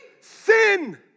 Sin